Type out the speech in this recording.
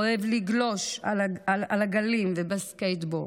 אוהב לגלוש על הגלים ובסקייטבורד,